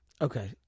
Okay